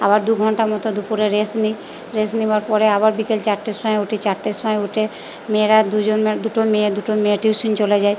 আবার দু ঘন্টা মতো দুপুরে রেস্ট নিই রেস্ট নেবার পরে আবার বিকেল চারটের সময় উঠি চারটের সময় উঠে মেয়েরা দুজনের দুটো মেয়ে দুটো মেয়ে টিউশান চলে যায়